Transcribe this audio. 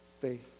faith